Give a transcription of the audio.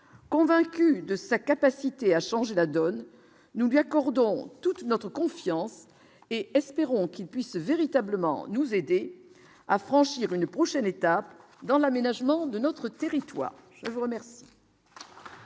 convaincu de sa capacité à changer la donne, nous lui accordons toute notre confiance et espérons qu'il puisse véritablement nous aider à franchir une prochaine étape dans l'aménagement de notre territoire vous remercie.